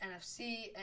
NFC